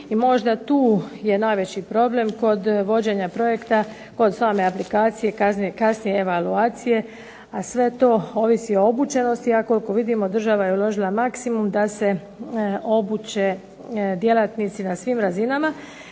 možda tu je najveći problem kod vođenja projekta, kod same aplikacije, kasnije evaluacije, a sve to ovisi o obučenosti, a koliko vidimo država je uložila maksimum da se obuče djelatnici na svim razinama.